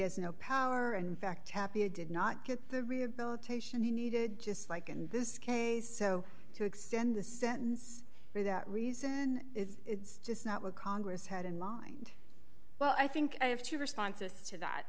has no power and in fact happy i did not get the rehabilitation he needed just like in this case so to extend the sentence for that reason it's just not what congress had in mind well i think i have two responses to that